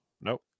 Nope